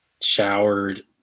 Showered